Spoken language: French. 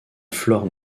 flore